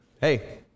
hey